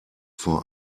vor